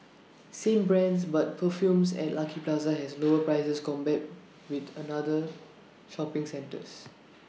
same brands but perfumes at Lucky Plaza has lower prices compared with other shopping centres